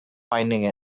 finding